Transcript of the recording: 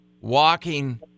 walking